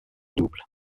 double